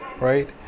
right